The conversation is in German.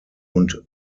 und